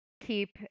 keep